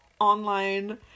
online